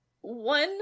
One